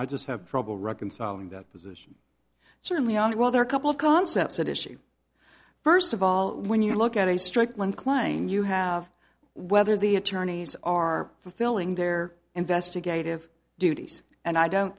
i just have trouble reconciling that position certainly on it well there are a couple of concepts at issue first of all when you look at a strickland claim you have whether the attorneys are fulfilling their investigative duties and i don't